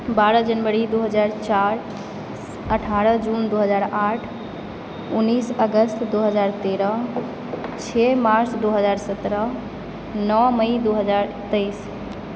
बारह जनवरी दू हजार चारि अठारह जुन दू हजार आठ उन्नीस अगस्त दू हजार तेरह छओ मार्च दो हजार सत्रह नओ मई दू हजार तेइस